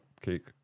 cake